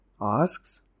asks